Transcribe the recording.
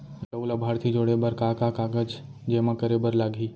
एक अऊ लाभार्थी जोड़े बर का का कागज जेमा करे बर लागही?